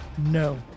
No